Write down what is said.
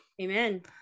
Amen